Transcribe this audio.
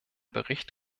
bericht